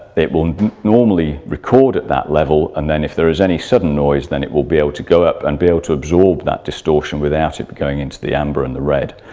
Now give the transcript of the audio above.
it will normally record at that level and then if there is any sudden noise then it will be able to go up and be able to absorb that distortion without it going into the amber in the red.